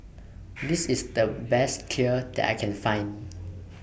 This IS The Best Kheer that I Can Find